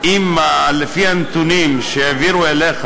אם לפי הנתונים שהעבירו אליך